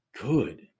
good